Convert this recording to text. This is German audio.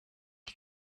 die